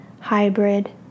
Hybrid